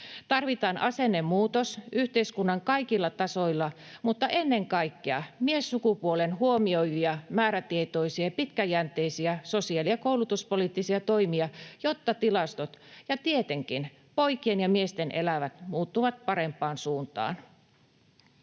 Tarvitaan asennemuutos yhteiskunnan kaikilla tasoilla mutta ennen kaikkea miessukupuolen huomioivia määrätietoisia ja pitkäjänteisiä sosiaali- ja koulutuspoliittisia toimia, jotta tilastot — ja tietenkin poikien ja miesten elämät — muuttuvat parempaan suuntaan.